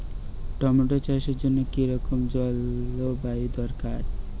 Tomato চাষের জন্য কি রকম জলবায়ু দরকার?